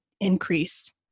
increase